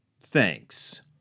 Thanks